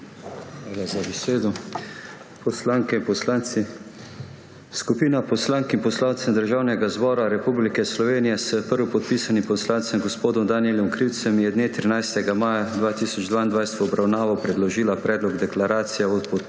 Hvala za besedo. Poslanke, poslanci! Skupina poslank in poslancev Državnega zbora Republike Slovenije s prvopodpisanim poslancem gospodom Danijelom Krivcem je dne 13. maja 2022 v obravnavo predložila Predlog deklaracije o podpori